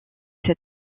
cet